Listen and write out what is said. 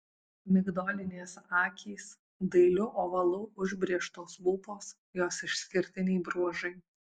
migdolinės akys dailiu ovalu užbrėžtos lūpos jos išskirtiniai bruožai